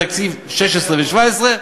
תקציב 16' ו-17',